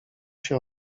się